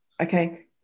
okay